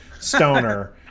Stoner